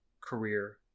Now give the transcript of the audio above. career